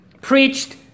preached